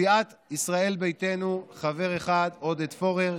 מסיעת ישראל ביתנו חבר אחד: עודד פורר,